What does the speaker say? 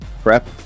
prep